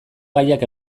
gaiak